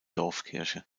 dorfkirche